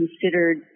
considered